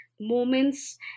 moments